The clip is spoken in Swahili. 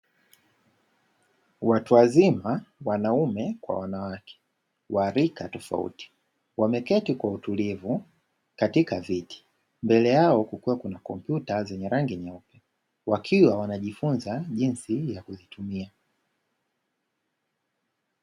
Watu wazima wanaume kwa wanawake wa rika tofauti wameketi kwa utulivu katika viti. Mbele yao kukiwa kuna kompyuta zenye rangi nyeupe wakiwa wanajifunza jinsi ya kuitumia.